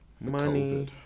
money